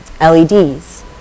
LEDs